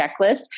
checklist